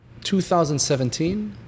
2017